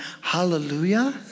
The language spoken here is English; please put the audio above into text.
Hallelujah